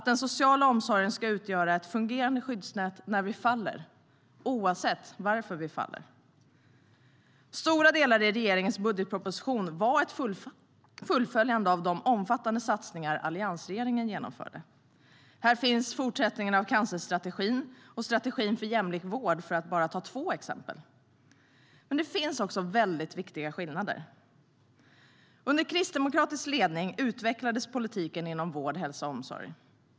Den sociala omsorgen ska utgöra ett fungerande skyddsnät när vi faller, oavsett varför vi faller. Stora delar i regeringens budgetproposition var ett fullföljande av de omfattande satsningar som alliansregeringen genomförde. Här finns fortsättningen av cancerstrategin och strategin för jämlik vård, för att bara ta två exempel. Men det finns också väldigt viktiga skillnader. Under kristdemokratisk ledning utvecklades politiken inom vård, hälsa och omsorg.